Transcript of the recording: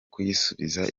kuyisubiza